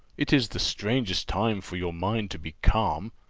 it is the strangest time for your mind to be calm.